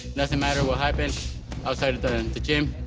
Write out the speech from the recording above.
nothing matter what happens outside the the gym.